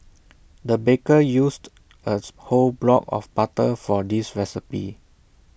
the baker used A whole block of butter for this recipe